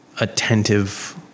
attentive